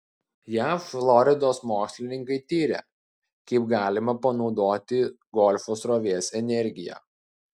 jav floridos mokslininkai tiria kaip galima panaudoti golfo srovės energiją